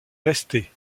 resté